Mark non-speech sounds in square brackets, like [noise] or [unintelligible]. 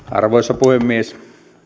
[unintelligible] arvoisa puhemies